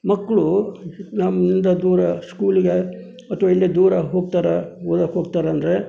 ಮಕ್ಕಳು ನಮ್ಮಿಂದ ದೂರ ಸ್ಕೂಲಿಗೆ ಅಥ್ವಾ ಎಲ್ಲಿಯೋ ದೂರ ಹೋಗ್ತಾರೆ ಓದೋಕ್ ಹೋಗ್ತಾರಂದರೆ